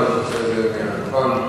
הדוכן.